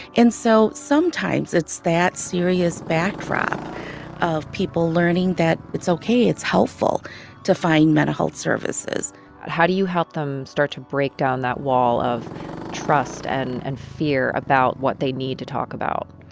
and so sometimes it's that serious backdrop of people learning that it's ok, it's helpful to find mental health services how do you help them start to break down that wall of trust and and fear about what they need to talk about?